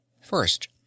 first